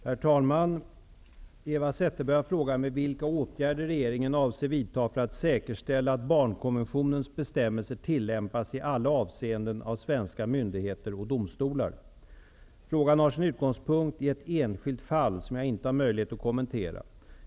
Herr talman! Eva Zetterberg har frågat mig vilka åtgärder regeringen avser vidta för att säkerställa att barnkonventionens bestämmelser tillämpas i alla avseenden av svenska myndigheter och domstolar. Frågan har sin utgångspunkt i ett enskilt fall som jag inte har möjlighet att kommentera.